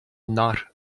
not